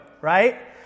right